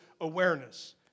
awareness